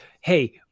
hey